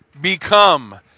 become